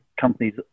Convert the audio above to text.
companies